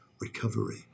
recovery